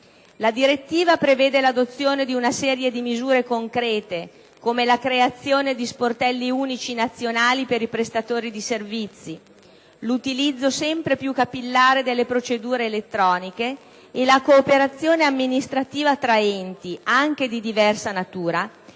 La direttiva prevede l'adozione di una serie di misure concrete come la creazione di sportelli unici nazionali per i prestatori di servizi, l'utilizzo sempre più capillare delle procedure elettroniche e la cooperazione amministrativa tra enti, anche di diversa natura,